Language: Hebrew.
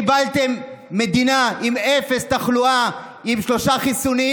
קיבלתם מדינה עם אפס תחלואה, עם שלושה חיסונים,